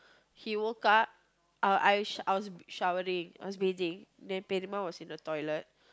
he woke up I I I was showering I was bathing then was in the toilet